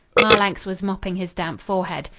marlanx was mopping his damp forehead.